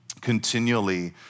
continually